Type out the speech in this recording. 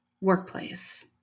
workplace